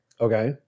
Okay